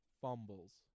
fumbles